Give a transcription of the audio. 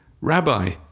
rabbi